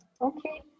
okay